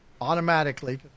automatically